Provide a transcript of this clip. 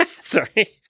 Sorry